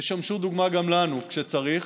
ישמשו דוגמה גם לנו כשצריך.